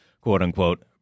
quote-unquote